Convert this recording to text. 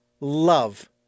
love